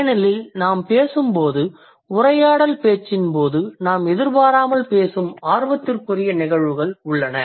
ஏனென்றால் நாம் பேசும்போது உரையாடல் பேச்சின் போது நாம் எதிர்பாராமல் பேசும் ஆர்வத்திற்குரிய நிகழ்வுகள் உள்ளன